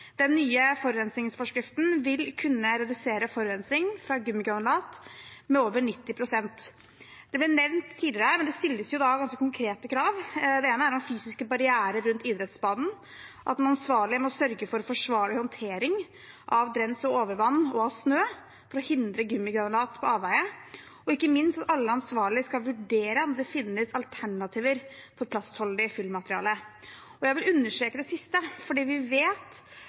Den nye forurensningsforskriften vil kunne redusere forurensning fra gummigranulat med over 90 pst. Som det ble nevnt tidligere her, stilles det ganske konkrete krav. Det er om fysiske barrierer rundt idrettsbanen, at den ansvarlige må sørge for forsvarlig håndtering av drens- og overvann og snø for å hindre gummigranulat på avveier, og ikke minst at alle ansvarlige skal vurdere om det finnes alternativer for plastholdig fyllmateriale. Jeg vil understreke det siste, for vi vet